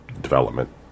development